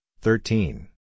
thirteen